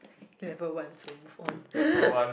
level one so move on